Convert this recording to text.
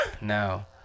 No